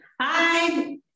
Hi